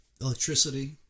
electricity